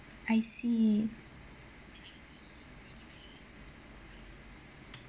I see